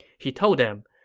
he told them,